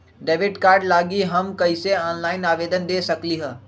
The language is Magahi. डेबिट कार्ड लागी हम कईसे ऑनलाइन आवेदन दे सकलि ह?